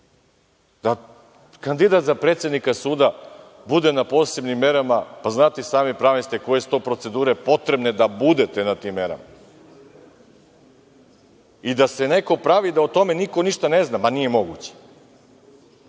da kandidat za predsednika suda bude na posebnim merama. Znate i sami, pravnik ste, koje su to procedure potrebne da budete na tim merama i da se neko pravi da o tome niko ništa ne zna. Ma, nije moguće.